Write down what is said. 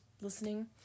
listening